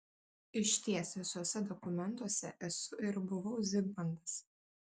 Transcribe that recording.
išties visuose dokumentuose esu ir buvau zigmantas